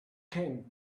came